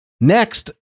Next